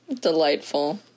Delightful